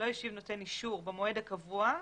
נותן אישור במועד הקבוע,